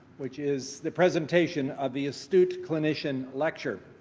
which is the presentation of the astute clinician lecture.